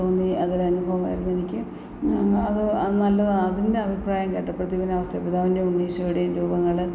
തോന്നി അതൊരനുഭവമായിരുന്നെനിക്ക് അത് അത് നല്ലതാണ് അതിൻ്റെ അഭിപ്രായം കേട്ടപ്പോഴത്തേക്ക് പിന്നെ ഔസേപ്പ് പിതാവിൻറ്റെയും ഉണ്ണിയേശുവിൻ്റെയും രൂപങ്ങൾ